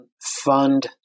fund